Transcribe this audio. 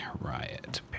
Riot